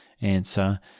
answer